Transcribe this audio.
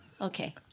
Okay